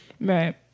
right